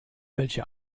welche